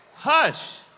Hush